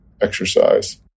exercise